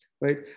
right